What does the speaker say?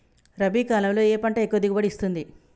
రబీ కాలంలో ఏ పంట ఎక్కువ దిగుబడి ఇస్తుంది?